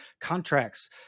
contracts